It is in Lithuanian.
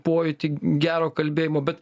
pojūtį gero kalbėjimo bet